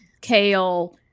kale